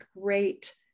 great